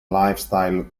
lifestyle